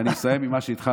ואני מסיים עם מה שהתחלנו,